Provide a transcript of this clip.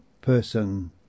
person